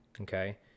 okay